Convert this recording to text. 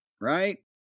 right